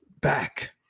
back